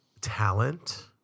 talent